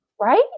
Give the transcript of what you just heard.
Right